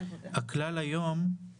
רק מהתשלום המגיע להורה הראשון מהם